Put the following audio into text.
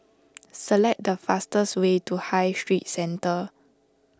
select the fastest way to High Street Centre